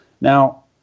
Now